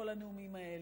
כל הנאומים האלה?